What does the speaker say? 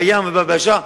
בים וביבשה,